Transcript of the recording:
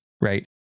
right